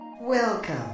Welcome